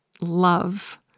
love